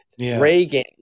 Reagan